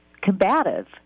combative